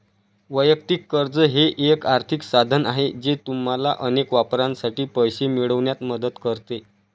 वैयक्तिक कर्ज हे एक आर्थिक साधन आहे जे तुम्हाला अनेक वापरांसाठी पैसे मिळवण्यात मदत करते